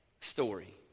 story